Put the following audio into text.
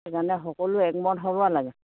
সেইকাৰণে সকলো একমত হ'ব লাগে